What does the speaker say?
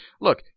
look